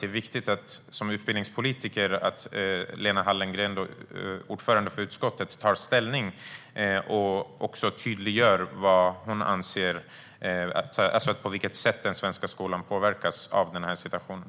Det är viktigt att vi utbildningspolitiker, däribland utbildningsutskottets ordförande Lena Hallengren, tar ställning och gör tydligt på vilket sätt den svenska skolan påverkas av situationen.